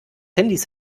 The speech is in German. handys